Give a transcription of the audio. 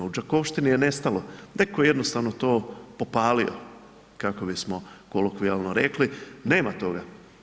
U Đakovštini je nestalo, netko je jednostavno to popalio kako bismo kolokvijalno rekli, nema toga.